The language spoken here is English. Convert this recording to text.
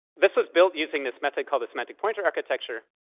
this was built using this method called the semantic pointer architecture.